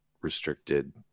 restricted